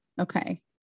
Okay